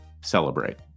celebrate